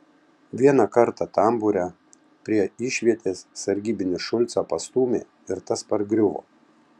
vieną kartą tambūre prie išvietės sargybinis šulcą pastūmė ir tas pargriuvo